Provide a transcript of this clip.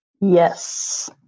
yes